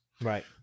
Right